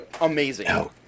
amazing